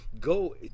go